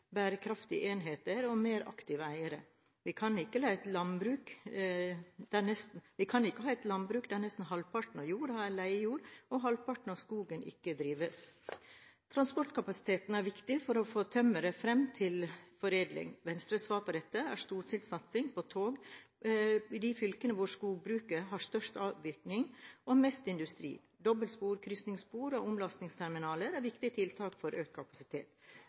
bærekraftige enheter og mer aktive eiere. Vi kan ikke ha et landbruk der nesten halvparten av jorda er leiejord og halvparten av skogen ikke drives. Transportkapasiteten er viktig for å få tømmeret fram til foredling. Venstres svar på dette er en storstilt satsing på tog i de fylkene hvor skogbruket har størst avvirkning og mest industri. Dobbeltspor, krysningsspor og omlastingsterminaler er viktige tiltak for økt kapasitet.